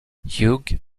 hugh